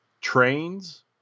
Trains